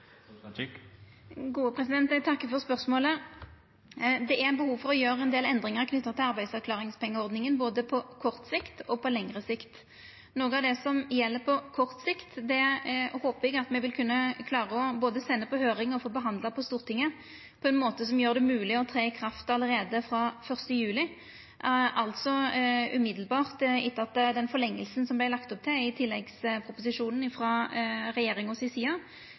Eg takkar for spørsmålet. Det er behov for å gjera ein del endringar knytte til arbeidsavklaringspengeordninga både på kort og på lengre sikt. Noko av det som gjeld på kort sikt, håpar eg me vil kunna klara både å senda på høyring og få behandla på Stortinget på ein måte som gjer det mogleg med ikraftsetjing allereie frå 1. juli, altså rett etter at den forlenginga som me har lagt opp til i tilleggsproposisjonen frå regjeringas side,